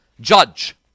judge